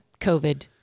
COVID